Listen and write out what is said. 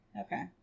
Okay